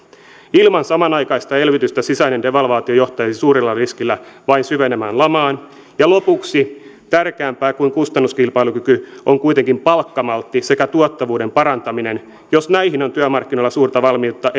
ilman samanaikaista elvytystä sisäinen devalvaatio johtaisi suurella riskillä vain syvenevään lamaan lopuksi tärkeämpää kuin kustannuskilpailukyky on kuitenkin palkkamaltti sekä tuottavuuden parantaminen jos näihin on työmarkkinoilla suurta valmiutta